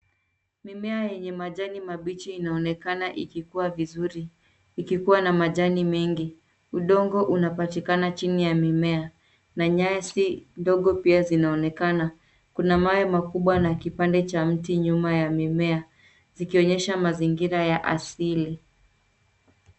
Mimea yenye majani mabichi inaonekana ikikua vizuri, ikikua na majani mengi. Udongo unapatikana chini ya mimea na nyasi ndogo pia zinaonekana. Kuna mawe makubwa na kipande cha mti nyuma ya mimea, zikionyesha mazingira ya asili.